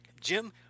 Jim